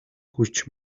хүч